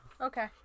Okay